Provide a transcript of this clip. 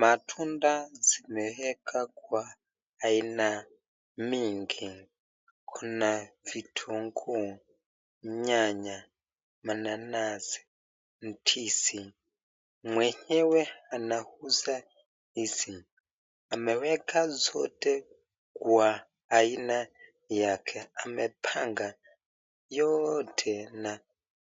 Matunda zimewekwa kwa aina mingi, kuna vitunguu, nyanya, mananasi na ndizi, mwenyewe anauza hizi. Ameweka zote kwa aina yake, amepanga yote